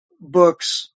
books